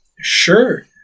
Sure